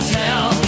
tell